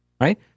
right